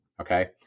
Okay